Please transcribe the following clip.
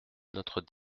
notre